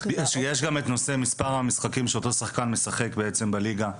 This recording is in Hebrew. יש גם את נושא מספר המשחקים שאותו שחקן משחק בעצם בליגה.